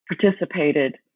participated